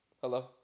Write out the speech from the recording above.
Hello